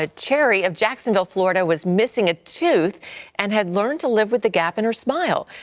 ah cherry of jacksonville florida was missing a tooth and had learned to live with the gap in her smile.